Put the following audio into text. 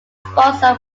sponsor